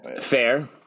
Fair